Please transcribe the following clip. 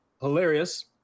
hilarious